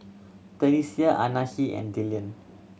Tenisha Anahi and Dillion